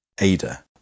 Ada